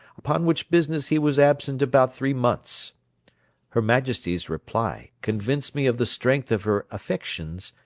upon which business he was absent about three months her majesty's reply convinced me of the strength of her affections,